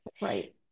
right